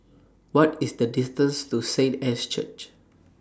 What IS The distance to Saint Anne's Church